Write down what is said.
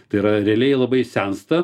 tai yra realiai labai sensta